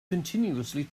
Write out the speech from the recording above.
continuously